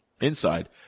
Inside